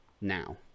now